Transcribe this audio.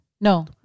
No